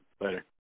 Later